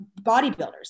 bodybuilders